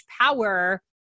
power